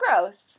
gross